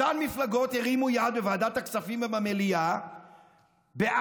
אותן מפלגות הרימו יד בוועדת הכספים ובמליאה בעד,